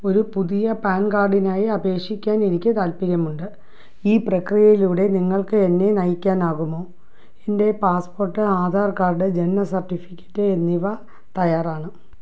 ഒരു പുതിയ പാൻ കാർഡിനായി അപേക്ഷിക്കാൻ എനിക്ക് താൽപ്പര്യമുണ്ട് ഈ പ്രക്രിയയിലൂടെ നിങ്ങൾക്ക് എന്നെ നയിക്കാനാകുമോ എൻ്റെ പാസ്പോർട്ട് ആധാർ കാർഡ് ജനന സർട്ടിഫിക്കറ്റ് എന്നിവ തയ്യാറാണ്